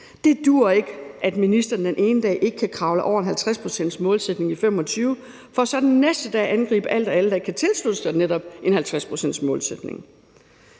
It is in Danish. Det duer ikke, at ministeren den ene dag ikke kan kravle over en 50-procentsmålsætning i 2025 for så den næste dag at angribe alt og alle, der ikke kan tilslutte sig netop en 50-procentsmålsætning.